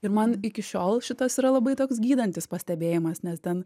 ir man iki šiol šitas yra labai toks gydantis pastebėjimas nes ten